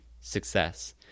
success